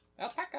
Alpaca